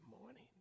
morning